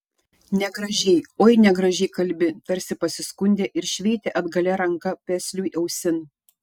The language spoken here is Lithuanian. negražiai oi negražiai kalbi tarsi pasiskundė ir šveitė atgalia ranka pesliui ausin